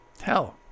Hell